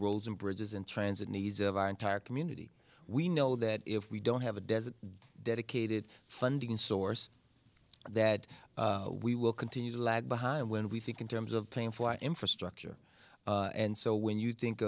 roads and bridges and transit needs of our entire community we know that if we don't have a desert dedicated funding source that we will continue to lag behind when we think in terms of paying for infrastructure and so when you think